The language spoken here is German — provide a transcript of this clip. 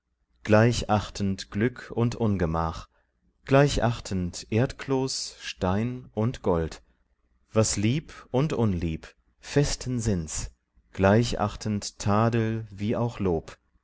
gleich achtend glück und ungemach gleich achtend erdkloß stein und gold was lieb und unlieb festen sinns gleich achtend tadel wie auch lob